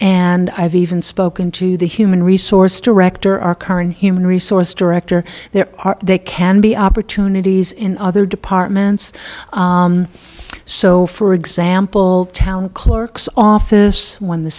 and i've even spoken to the human resources director our current human resource director there are they can be opportunities in other departments so for example town clerk's office when the